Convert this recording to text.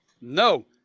No